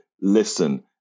listen